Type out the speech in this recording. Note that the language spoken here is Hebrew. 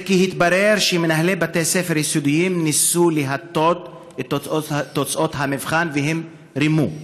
כי התברר שמנהלי בתי ספר יסודיים ניסו להטות את תוצאות המבחן והם רימו.